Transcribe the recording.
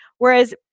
Whereas